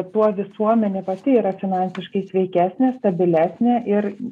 tuo visuomenė pati yra finansiškai sveikesnė stabilesnė ir